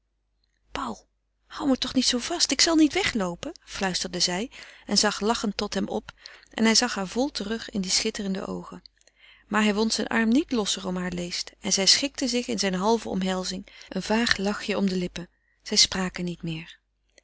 hou me toch niet zoo vast ik zal niet wegloopen fluisterde zij en zag lachend tot hem op en hij zag haar vol terug in die schitterende oogen maar hij wond zijn arm niet losser om haar leest en zij schikte zich in zijne halve omhelzing een vaag lachje om de lippen zij spraken niet meer